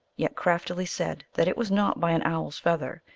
yet craftily said that it was not by an owl s feather,